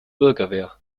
bürgerwehr